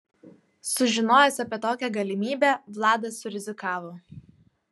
sužinojęs apie tokią galimybę vladas surizikavo